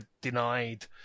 denied